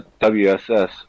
WSS